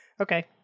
Okay